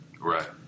right